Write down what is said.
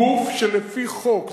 גוף שלפי חוק,